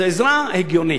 זו עזרה הגיונית.